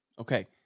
Okay